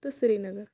تہٕ سرینگر